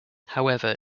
however